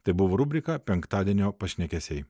tai buvo rubrika penktadienio pašnekesiai